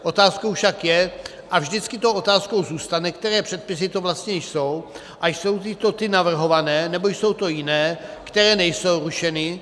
Otázkou však je, a vždycky tou otázkou zůstane, které předpisy to vlastně jsou, a jsou to ty navrhované, nebo jsou jiné, které nejsou rušeny?